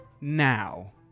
now